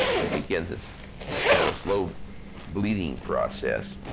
it begins this and ah slow bleeding process.